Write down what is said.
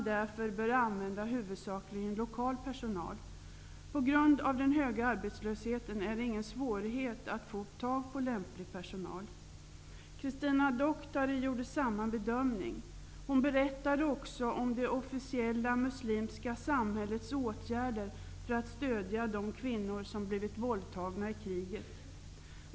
Därför bör man använda huvudsakligen lokal personal. På grund av den höga arbetslösheten är det ingen svårighet att få tag på lämplig personal. Christina Doctare gjorde samma bedömning. Hon berättade också om det officiella muslimska samhällets åtgärder för att stödja de kvinnor som blivit våldtagna i kriget.